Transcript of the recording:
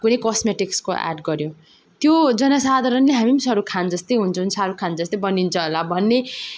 कुनै कस्मेटिक्सको एड गर्यो त्यो जनसाधारणले हामीम साहरुख खान जस्तै हुन्छ साहरुख खान जस्तै बनिन्छ होला भन्ने